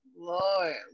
Lord